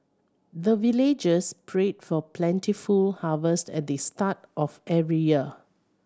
the villagers pray for plentiful harvest at the start of every year